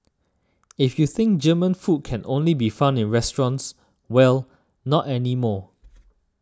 if you think German food can only be found in restaurants well not anymore